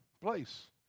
place